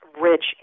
rich